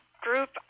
group